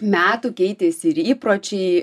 metų keitėsi ir įpročiai